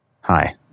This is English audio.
Hi